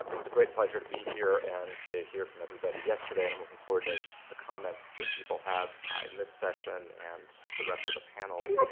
it's a great pleasure to be here and to hear from everybody yesterday. and i'm looking forward to the comments that people have in this session and the rest of the panel.